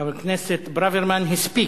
חבר הכנסת ברוורמן הספיק.